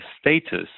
status